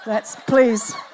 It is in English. please